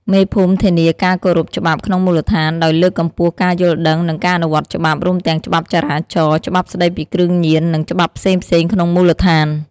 មេភូមិធានាការគោរពច្បាប់ក្នុងមូលដ្ឋាន ដោយលើកកម្ពស់ការយល់ដឹង និងការអនុវត្តច្បាប់ រួមទាំងច្បាប់ចរាចរណ៍ ច្បាប់ស្ដីពីគ្រឿងញៀន និងច្បាប់ផ្សេងៗក្នុងមូលដ្ឋាន។